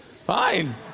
fine